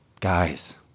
guys